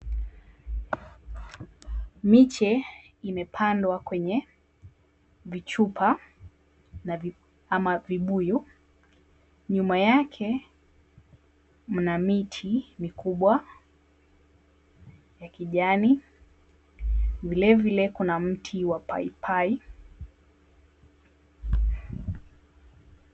Miche imepandwa kwenye vichupa ama vibuyu, nyuma yake mna miti mikubwa ya kijani. Vilevile kuna mti wa paipai.